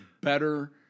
better